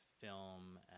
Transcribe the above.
film